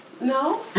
No